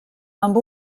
amb